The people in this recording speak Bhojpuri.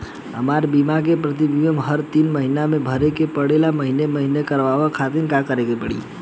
हमार बीमा के प्रीमियम हर तीन महिना में भरे के पड़ेला महीने महीने करवाए खातिर का करे के पड़ी?